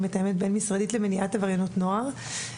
אני מתאמת בין משרדית למניעת עבריינות נוער.